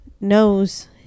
knows